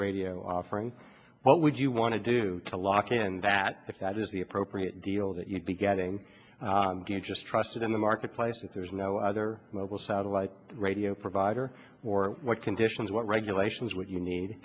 radio offering what would you want to do to lock in and that if that is the appropriate deal that you'd be getting just trusted in the marketplace if there's no other mobile satellite radio provider or what conditions what regulations would you need